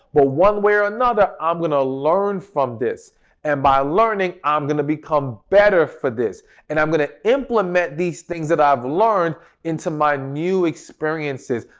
but one way or another, i'm going to learn from this and by learning, i'm going to become better for this and i'm going to implement these things that i've learned into my new experiences.